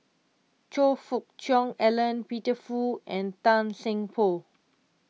Choe Fook Cheong Alan Peter Fu and Tan Seng Poh